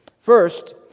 First